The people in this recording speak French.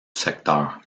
secteur